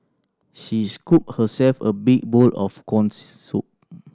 she scooped herself a big bowl of corn soup